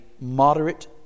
moderate